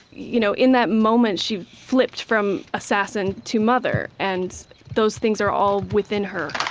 you know in that moment, she flipped from assassin to mother, and those things are all within her